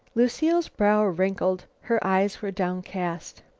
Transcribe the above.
lucile's brow wrinkled her eyes were downcast.